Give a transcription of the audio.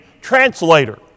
translator